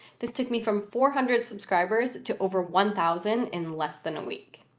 this took me from four hundred subscribers to over one thousand in less than a week.